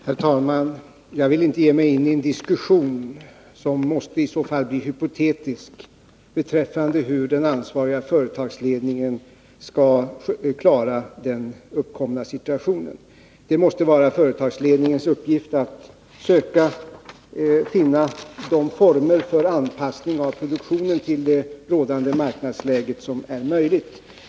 Herr talman! Jag vill inte ge mig in i en diskussion som i så fall måste bli hypotetisk beträffande hur den ansvariga företagsledningen skall klara den uppkomna situationen. Det måste vara företagsledningens uppgift att söka finna de former för en anpassning av produktionen till det rådande marknadsläget som är möjliga.